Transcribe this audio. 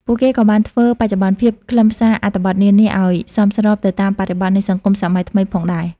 ពួកគេក៏បានធ្វើបច្ចុប្បន្នភាពខ្លឹមសារអត្ថបទនានាឱ្យសមស្របទៅតាមបរិបទនៃសង្គមសម័យថ្មីផងដែរ។